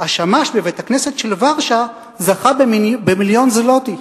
השמש בבית-הכנסת של ורשה זכה במיליון זלוטי.